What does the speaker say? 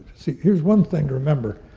see, here's one thing to remember.